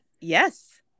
yes